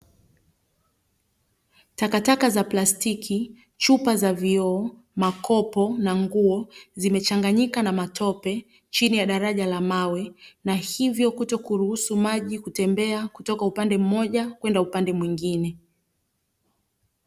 Takataka za plastiki, chupa za vioo, makopo na nguo, zimechanganyika na matope, chini ya daraja la mawe, na hivyo kutokuruhusu maji kutembea kutoka upande mmoja kwenda upande mwingine.